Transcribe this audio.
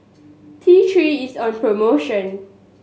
T Three is on promotion